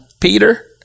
Peter